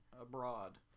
abroad